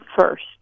first